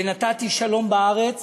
ונתתי שלום בארץ